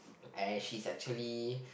and she's actually